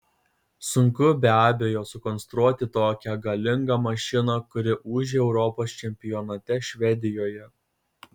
sunku be abejo sukonstruoti tokią galingą mašiną kuri ūžė europos čempionate švedijoje